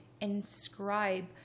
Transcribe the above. inscribe